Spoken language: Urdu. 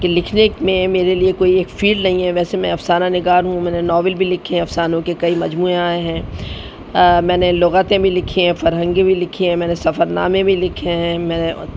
کہ لکھنے میں میرے لیے کوئی ایک فیلڈ نہیں ہے ویسے میں افسانہ نگار ہوں میں نے ناول بھی لکھے ہیں افسانوں کے کئی مجموعے آئے ہیں میں نے لغتیں بھی لکھی ہیں فرہنگیں بھی لکھی ہیں میں نے سفرنامے بھی لکھے ہیں میں